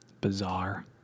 Bizarre